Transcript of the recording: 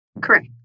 Correct